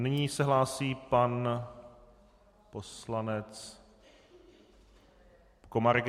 Nyní se hlásí pan poslanec Komárek.